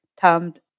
termed